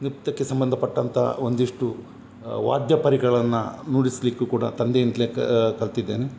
ನೃತ್ಯಕ್ಕೆ ಸಂಬಂಧಪಟ್ಟಂತಹ ಒಂದಿಷ್ಟು ವಾದ್ಯಪರಿಕರ್ಗಳನ್ನ ನುಡಿಸಲಿಕ್ಕು ಕೂಡ ತಂದೆಯಿಂದಲೆ ಕಾ ಕಲಿತಿದ್ದೇನೆ